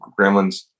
gremlins